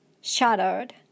shattered